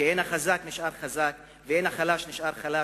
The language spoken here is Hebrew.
כי אין החזק נשאר חזק ואין החלש נשאר חלש,